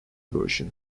version